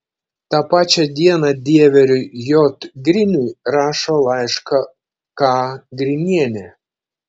tą pačią dieną dieveriui j griniui rašo laišką k grinienė